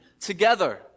together